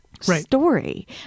story